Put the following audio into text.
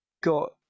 got